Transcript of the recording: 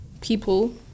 people